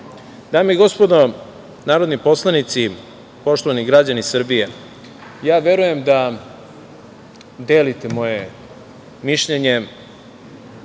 i gospodo narodni poslanici, poštovani građani Srbije, verujem da delite moje mišljenje,